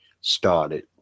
started